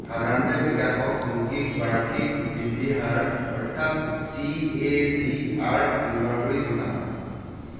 সাধাৰণতে বিকাশক যৌগিক বাৰ্ষিক বৃদ্ধিৰ হাৰ অৰ্থাৎ চি এ জি আৰ ব্যৱহাৰ কৰি জোখা হয়